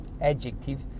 adjective